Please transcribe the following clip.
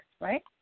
right